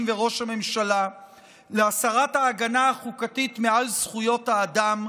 וראש הממשלה להסרת ההגנה החוקתית מעל זכויות האדם,